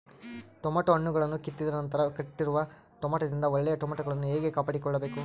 Tomato ಹಣ್ಣುಗಳನ್ನು ಕಿತ್ತಿದ ನಂತರ ಕೆಟ್ಟಿರುವ ಟೊಮೆಟೊದಿಂದ ಒಳ್ಳೆಯ ಟೊಮೆಟೊಗಳನ್ನು ಹೇಗೆ ಕಾಪಾಡಿಕೊಳ್ಳಬೇಕು?